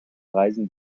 reisen